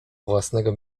własnego